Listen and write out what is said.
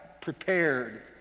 prepared